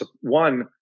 one